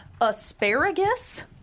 asparagus